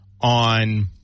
on